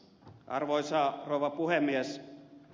arvoisa rouva puhemies